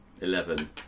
Eleven